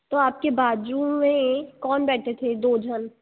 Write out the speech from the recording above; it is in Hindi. तो आपके बाजू में कौन बैठे थे दो जन